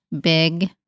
big